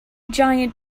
giant